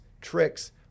tricks